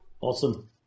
Awesome